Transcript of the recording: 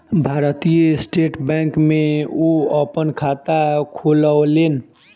भारतीय State Bank में ओ अपन खाता खोलौलेन